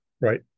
Right